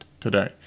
today